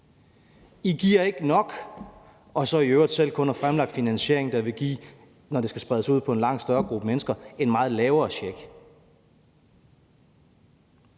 I giver ikke nok, lyder det, og så har man i øvrigt selv kun fremlagt finansiering, der vil give, når det skal spredes ud på en langt større gruppe mennesker, en meget lavere check.